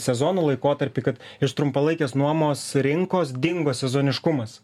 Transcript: sezono laikotarpį kad iš trumpalaikės nuomos rinkos dingo sezoniškumas